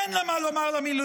אין לה מה לומר למילואימניקים.